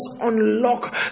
unlock